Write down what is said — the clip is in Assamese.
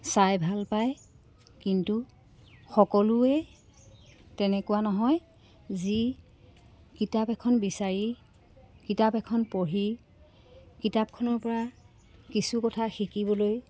চাই ভাল পায় কিন্তু সকলোৱে তেনেকুৱা নহয় যি কিতাপ এখন বিচাৰি কিতাপ এখন পঢ়ি কিতাপখনৰ পৰা কিছু কথা শিকিবলৈ